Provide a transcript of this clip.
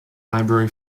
library